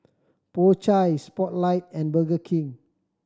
Po Chai Spotlight and Burger King